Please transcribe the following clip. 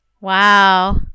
wow